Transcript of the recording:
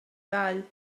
ddau